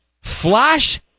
Flash